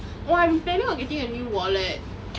oh I'm planning on getting a new wallet